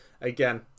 again